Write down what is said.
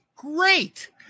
Great